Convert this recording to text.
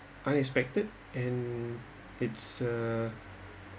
unexpected and it's uh